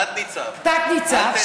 תת-ניצב, תת-ניצב.